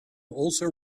also